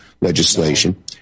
legislation